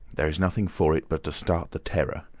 there is nothing for it, but to start the terror.